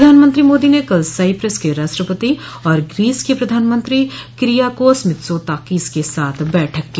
प्रधानमंत्री मोदी ने कल साइप्रस के राष्ट्रपति निकोस और ग्रीस के प्रधानमंत्री किरीयाकोस मित्सो ताकीस के साथ बैठक की